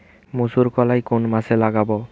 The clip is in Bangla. মুসুরকলাই কোন মাসে লাগাব?